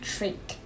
Treat